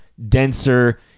denser